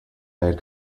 had